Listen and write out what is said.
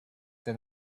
than